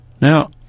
Now